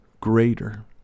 greater